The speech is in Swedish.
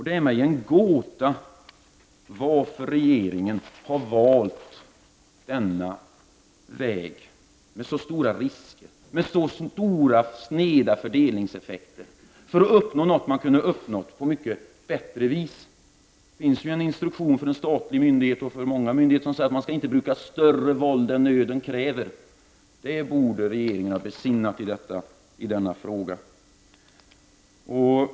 Det är för mig en gåta varför regeringen har valt denna väg med så stora risker och stora sneda fördelningseffekter för något som kunde nås på ett bättre vis. Det finns en instruktion för en statlig myndighet och andra myndigheter att inte bruka större våld än nöden kräver. Det borde regeringen ha besinnat i detta fall.